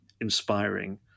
inspiring